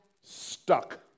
stuck